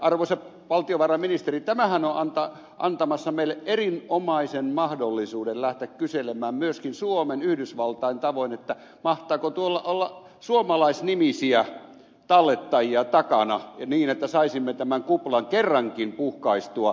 arvoisa valtiovarainministeri tämähän on antamassa myöskin meille suomalaisille erinomaisen mahdollisuuden lähteä kyselemään yhdysvaltain tavoin mahtaako tuolla olla suomalaisnimisiä tallettajia takana niin että saisimme tämän kuplan kerrankin puhkaistua